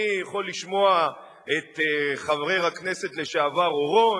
אני יכול לשמוע את חבר הכנסת לשעבר, אורון,